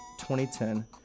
2010